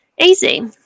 Easy